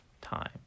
Time